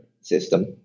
system